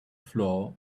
floor